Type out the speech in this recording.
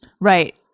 Right